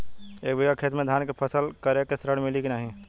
एक बिघा खेत मे धान के फसल करे के ऋण मिली की नाही?